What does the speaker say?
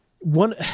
one